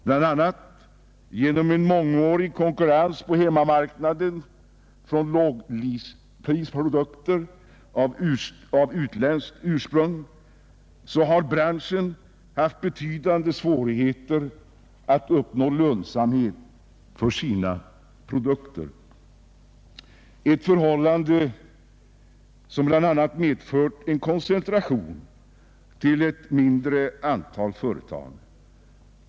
Bland annat genom en konkurrens sedan många år på hemmamarknaden från lågprisprodukter av utländskt ursprung har branschen haft betydande svårigheter att uppnå lönsamhet för sina produkter — ett förhållande som exempelvis medfört en koncentration till ett mindre antal företag.